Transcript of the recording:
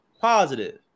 positive